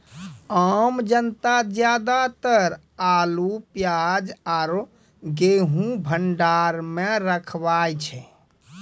आम जनता ज्यादातर आलू, प्याज आरो गेंहूँ भंडार मॅ रखवाय छै